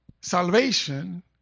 salvation